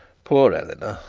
poor eleanor!